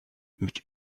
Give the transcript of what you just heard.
mit